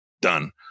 done